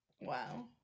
Wow